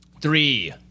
Three